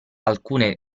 alcune